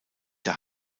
der